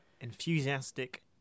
Enthusiastic